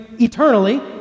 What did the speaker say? eternally